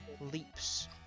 leaps